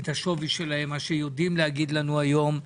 את מה שיודעים להגיד לנו היום,